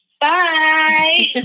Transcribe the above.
Bye